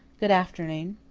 good afternoon.